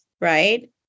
Right